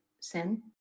sin